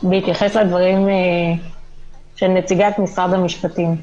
בהתייחס לדברים של נציגת משרד המשפטים: